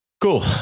Cool